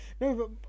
No